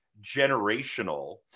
generational